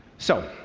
so,